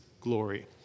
glory